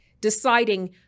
deciding